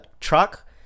truck